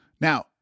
Now